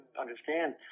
understand